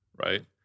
right